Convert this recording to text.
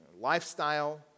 lifestyle